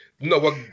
No